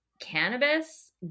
cannabis